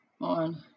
on